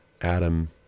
Adam